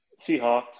Seahawks